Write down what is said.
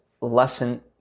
lesson